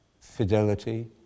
fidelity